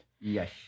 Yes